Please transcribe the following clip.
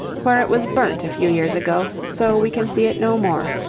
where it was burnt a few years ago, so we can see it no more.